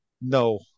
No